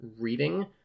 reading